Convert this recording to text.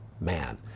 man